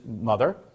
mother